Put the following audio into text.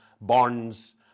bonds